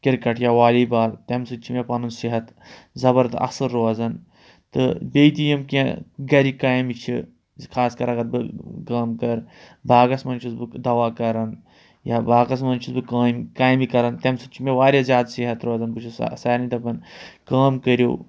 cricket یا volleyball تَمہِ سۭتۍ چھِ مےٚ پَنُن صحت زَبَردَ اَصٕل روزان تہٕ بیٚیہِ تہِ یِم کیٚنٛہہ گَرٕکۍ کامہِ چھِ خاص کَر اگر بہٕ کٲم کَرٕ باغَس منٛز چھُس بہٕ دَوا کَران یا باغَس منٛز چھُس بہٕ کامہِ کامہِ کَران تَمہِ سۭتۍ چھُ مےٚ واریاہ زیادٕ صحت روزان بہٕ چھُس سارنٕے دَپان کٲم کٔرِو